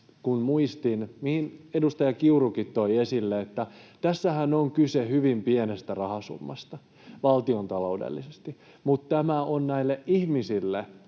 kun muistin, ja edustaja Kiurukin toi esille sen, että tässähän on kyse hyvin pienestä rahasummasta valtiontaloudellisesti mutta tämä on näille ihmisille